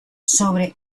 sobre